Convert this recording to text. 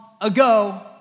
ago